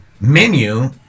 menu